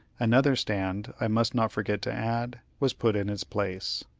another stand, i must not forget to add, was put in its place.